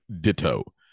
Ditto